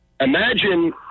Imagine